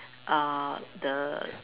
uh the